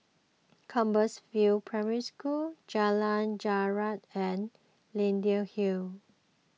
Compassvale Primary School Jalan Jarak and Leyden Hill